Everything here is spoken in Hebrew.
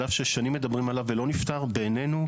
על אף ששנים מדברים עליו ולא נפתר בעינינו,